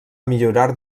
millorar